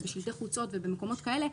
בשלטי חוצות ובמקומות כאלה,